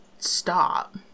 Stop